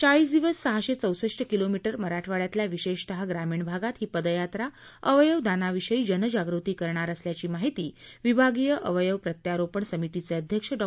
चाळीस दिवस सहाशे चौसष्ठ किलोमीटर मराठवाङ्यातल्या विशेषतः ग्रमीण भागात ही पदयात्रा अवयव दानाविषयी जनजागृती करणार असल्याची माहिती विभागीय अवयव प्रत्यारोपण समितीचे अध्यक्ष डॉ